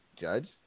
Judge